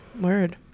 word